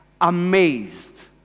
amazed